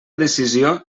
decisió